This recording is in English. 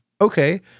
okay